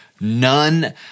none